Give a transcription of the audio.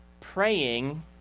praying